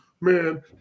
man –